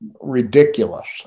ridiculous